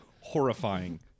horrifying